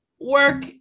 work